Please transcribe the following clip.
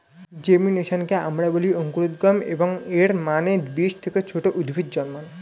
জেমিনেশনকে আমরা বলি অঙ্কুরোদ্গম, এবং এর মানে বীজ থেকে ছোট উদ্ভিদ জন্মানো